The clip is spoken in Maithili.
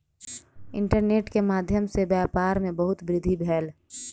इंटरनेट के माध्यम सॅ व्यापार में बहुत वृद्धि भेल